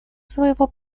своего